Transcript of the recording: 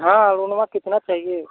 हाँ लोन वह कितना चाहिए